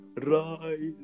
Rise